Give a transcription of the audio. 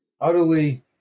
utterly